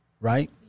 right